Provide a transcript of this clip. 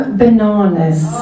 bananas